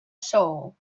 soul